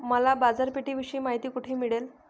मला बाजारपेठेविषयी माहिती कोठे मिळेल?